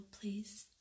please